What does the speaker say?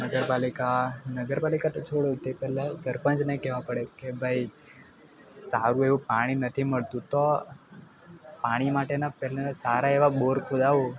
નગરપાલિકા નગરપાલિકા તો છોડો તે પહેલા સરપંચને કહેવું પડે કે ભાઈ સારું એવું પાણી નથી મળતું તો પાણી માટેના પહેલા સારા એવા બોર ખોદાવો